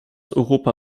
europa